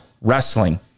Wrestling